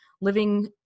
living